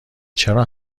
چرا